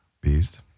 Beast